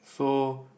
so